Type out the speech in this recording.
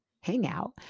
hangout